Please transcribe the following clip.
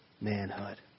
manhood